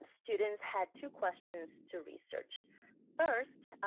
students had two questions to research first.